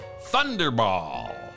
Thunderball